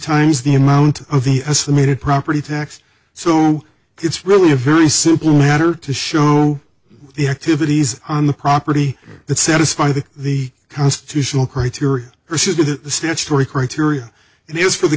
times the amount of the estimated property tax so it's really a very simple matter to show the activities on the property that satisfy the the constitutional criteria that's three criteria and it's for the